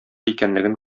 икәнлеген